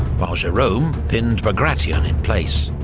while jerome pinned bagration in place.